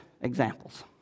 examples